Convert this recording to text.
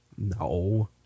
No